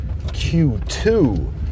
Q2